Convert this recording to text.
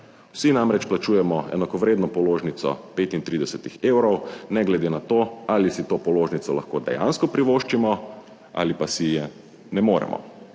Vsi namreč plačujemo enakovredno položnico 35 evrov, ne glede na to, ali si to položnico lahko dejansko privoščimo ali pa si je ne moremo.